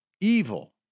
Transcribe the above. evil